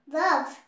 love